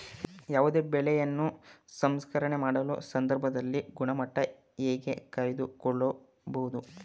ಯಾವುದೇ ಬೆಳೆಯನ್ನು ಸಂಸ್ಕರಣೆ ಮಾಡುವ ಸಂದರ್ಭದಲ್ಲಿ ಗುಣಮಟ್ಟ ಹೇಗೆ ಕಾಯ್ದು ಕೊಳ್ಳಬಹುದು?